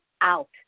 out